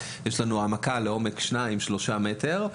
יש לנו העמקה לעומק של שניים-שלושה מטר,